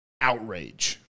outrage